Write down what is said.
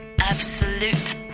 Absolute